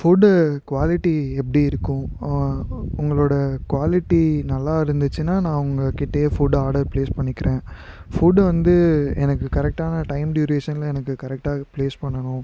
food quality எப்படி இருக்கும் உங்களோட குவாலிட்டி நல்லா இருந்துச்சுன்னா நான் உங்கள் கிட்டேயே ஃபுட்டு ஆடர் ப்ளேஸ் பண்ணிக்கிறேன் ஃபுட்டு வந்து எனக்கு கரெக்டான டைம் டுயூரேஷனில் எனக்கு கரெக்டாக ப்ளேஸ் பண்ணணும்